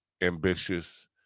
ambitious